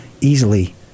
easily